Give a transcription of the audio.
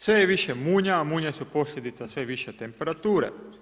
Sve je više munja, a munje su posljedice sve više temperature.